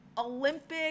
Olympic